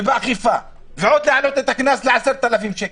באכיפה, ועוד להעלות את הקנס ל-10,000 שקל?